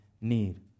need